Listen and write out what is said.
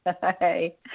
Hey